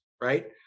right